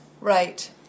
Right